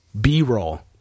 B-roll